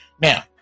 Now